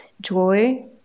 joy